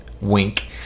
wink